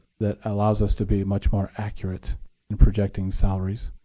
that allows us to be much more accurate in projecting salaries,